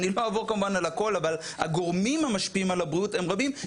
אני לא אעבור כמובן על הכל אבל הגורמים המשפיעים על הבריאות הם רבים,